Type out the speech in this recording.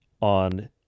on